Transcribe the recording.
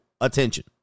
attention